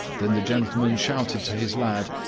then the gentleman shouted to his lad,